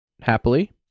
Happily